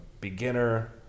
beginner